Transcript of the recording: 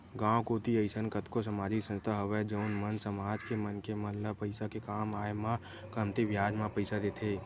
गाँव कोती अइसन कतको समाजिक संस्था हवय जउन मन समाज के मनखे मन ल पइसा के काम आय म कमती बियाज म पइसा देथे